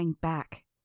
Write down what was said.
back